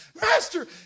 Master